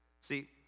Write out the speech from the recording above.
See